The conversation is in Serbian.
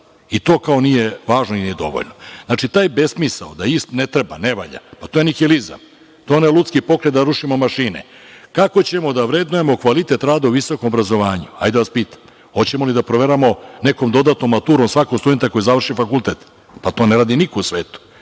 i to kao nije važno i nije dovoljno. Znači, taj besmisao da JISP ne treba, ne valja, to je nihilizam. To je onaj Ludski pokret, da rušimo mašine. Kako ćemo da vrednujemo kvalitet rada u visokom obrazovanju, da vas pitam? Hoćemo li da proveravamo nekom dodatnom maturom svakog studenta koji završi fakultet? To ne radi niko u svetu.